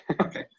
Okay